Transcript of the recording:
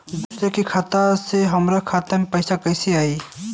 दूसरा के खाता से हमरा खाता में पैसा कैसे आई?